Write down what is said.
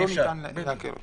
אנחנו